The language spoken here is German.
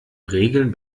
regeln